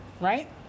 right